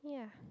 yeah